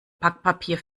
backpapier